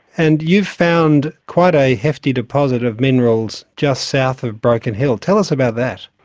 and you've found quite a hefty deposit of minerals just south of broken hill. tell us about that.